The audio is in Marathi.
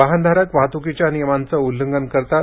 वाहनधारक वाहतूकीच्या नियमांचे उल्लंघन करतात